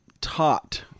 taught